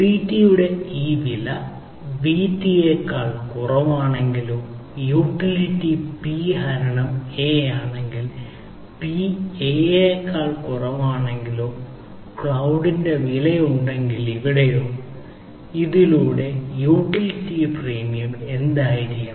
CTയുടെ ഈ വില BT യേക്കാൾ കുറവാണെങ്കിലോ യൂട്ടിലിറ്റി P ഹരണം A ആണെങ്കിൽ P A യേക്കാൾ കുറവാണെങ്കിലോ ക്ലൌഡിന്റെ വില ഉണ്ടെങ്കിൽ ഇവിടെയോ ഇതിലൂടെ യൂട്ടിലിറ്റി പ്രീമിയം എന്തായിരിക്കണം